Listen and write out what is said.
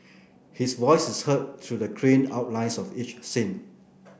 his voice is heard through the clean outlines of each scene